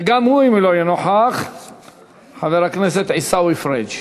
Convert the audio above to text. וגם הוא, אם לא יהיה, חבר הכנסת עיסאווי פריג'.